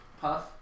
Puff